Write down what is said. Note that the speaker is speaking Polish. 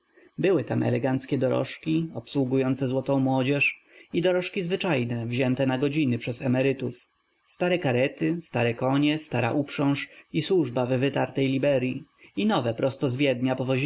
były tam eleganckie dorożki obsługujące złotą młodzież i dorożki zwyczajne wzięte na godziny przez emerytów stare karety stare konie stara uprząż i służba w wytartej liberyi i nowe prosto z wiednia powoziki